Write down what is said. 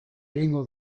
egingo